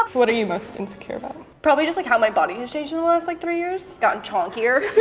ah what are you most insecure about? probably just like how my body has changed in the last like three years. gotten chalkier.